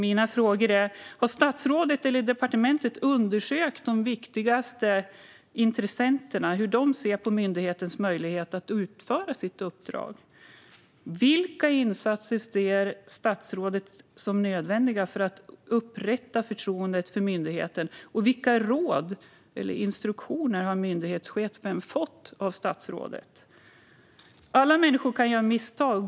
Mina frågor är: Har statsrådet eller departementet undersökt hur de viktigaste intressenterna ser på myndighetens möjlighet att utföra sitt uppdrag? Vilka insatser ser statsrådet som nödvändiga för att upprätta förtroendet för myndigheten? Vilka råd eller instruktioner har myndighetschefen fått av statsrådet? Alla människor kan göra misstag.